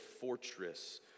fortress